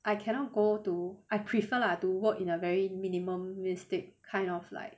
I cannot go to I prefer lah to work in a very minimalistic kind of like